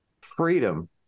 freedom